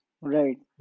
Right